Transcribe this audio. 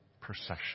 procession